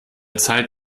zeit